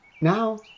now